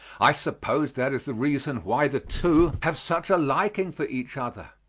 i suppose that is the reason why the two have such a liking for each other.